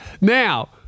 Now